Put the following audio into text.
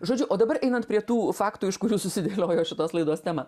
žodžiu o dabar einant prie tų faktų iš kurių susidėliojo šitos laidos tema